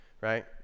right